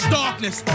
darkness